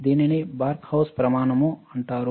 దీనిని బర్ఖౌసేన్ ప్రమాణం అంటారు